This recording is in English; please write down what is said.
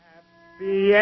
Happy